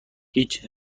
هیچ